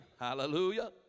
Hallelujah